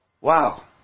Wow